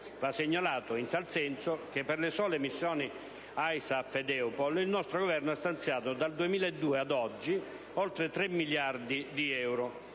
va segnalato, in tal senso che, per le sole missioni ISAF ed EUPOL, il nostro Governo ha stanziato, dal 2002 a oggi, oltre 3 miliardi di euro,